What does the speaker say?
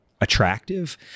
attractive